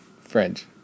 French